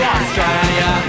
Australia